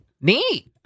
Neat